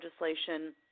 legislation